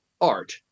art